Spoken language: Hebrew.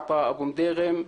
עטא אבו מידעם,